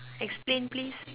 explain please